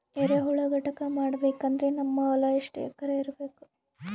ಎರೆಹುಳ ಘಟಕ ಮಾಡಬೇಕಂದ್ರೆ ನಮ್ಮ ಹೊಲ ಎಷ್ಟು ಎಕರ್ ಇರಬೇಕು?